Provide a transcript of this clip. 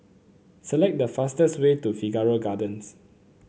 select the fastest way to Figaro Gardens